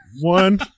one